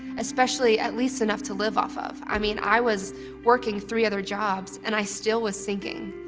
especially at least enough to live off of. i mean i was working three other jobs, and i still was sinking.